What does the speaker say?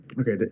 okay